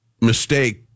mistake